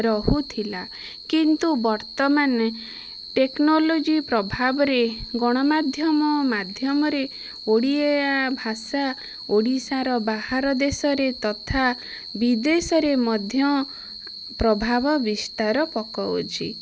ରହୁଥିଲା କିନ୍ତୁ ବର୍ତ୍ତମାନେ ଟେକ୍ନୋଲୋଜି ପ୍ରଭାବରେ ଗଣମାଧ୍ୟମ ମାଧ୍ୟମରେ ଓଡ଼ିଆ ଭାଷା ଓଡ଼ିଶାର ବାହାର ଦେଶରେ ତଥା ବିଦେଶରେ ମଧ୍ୟ ପ୍ରଭାବ ବିସ୍ତାର ପକଉଛି